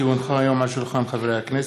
כי הונחו היום על שולחן הכנסת,